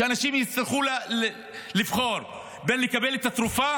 כשאנשים יצטרכו לבחור בין לקבל את התרופה